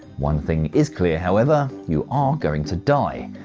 one thing is clear however, you are going to die.